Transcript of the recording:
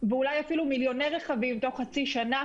-- ואולי אפילו מיליוני רכבים תוך חצי שנה,